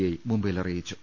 I മുംബൈയിൽ അറിയിച്ചു